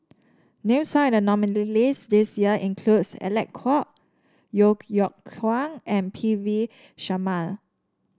names found in the nominees' list this year includes Alec Kuok Yeo Yeow Kwang and P V Sharma